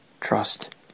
trust